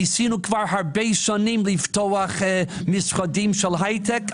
ניסינו כבר הרבה שנים לפתוח משרדים של הייטק,